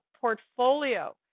portfolio